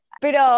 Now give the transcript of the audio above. Pero